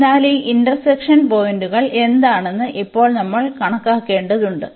അതിനാൽ ഈ ഇന്റർസെക്ഷൻ പോയിന്റുകൾ എന്താണെന്ന് ഇപ്പോൾ നമ്മൾ കണക്കാക്കേണ്ടതുണ്ട്